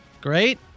Great